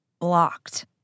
blocked